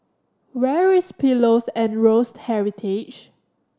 where is Pillows and Roast Heritage